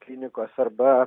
klinikos arba